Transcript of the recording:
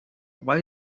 why